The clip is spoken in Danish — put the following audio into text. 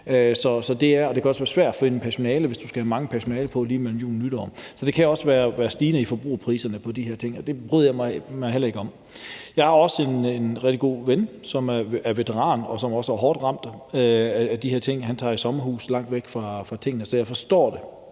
Det kan også være svært at finde personale, hvis du skal have meget personale ind lige mellem jul og nytår. Det kan også betyde stigende forbrugerpriser på de her ting, og det bryder mig heller ikke om. Jeg har også en rigtig god ven, som er veteran, og som også er hårdt ramt af de her ting. Han tager i sommerhus langt væk fra tingene, så jeg forstår det,